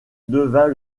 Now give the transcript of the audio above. devint